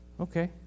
Okay